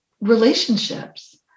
relationships